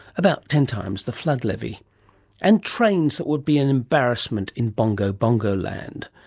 about ten times the flood levy and trains that would be an embarrassment in bongo-bongo land.